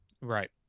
right